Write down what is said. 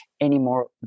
anymore